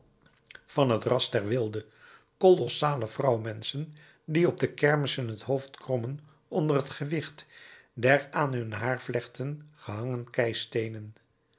van het ras der wilde kolossale vrouwmenschen die op de kermissen het hoofd krommen onder het gewicht der aan heur haarvlechten gehangen